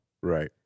Right